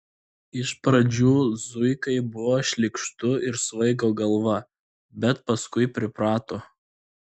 iš pradžių zuikai buvo šlykštu ir svaigo galva bet paskui priprato